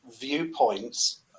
viewpoints